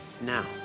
now